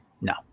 No